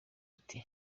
ati